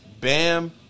Bam